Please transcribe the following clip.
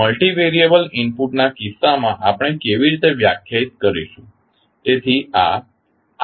multivariable input ના કિસ્સામાં આપણે કેવી રીતે વ્યાખ્યાયિત કરીશું